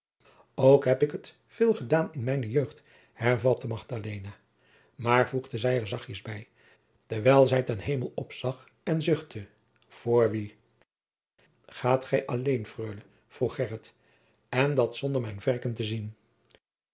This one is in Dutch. ook heb ik het veel gedaan in mijne jeugd hervatte magdalena maar voegde zij er zachtjens bij terwijl zij ten hemel opzag en zuchtte voor wie gaôt gij al heen freule vroeg gheryt en dat zonder mijn verken te zien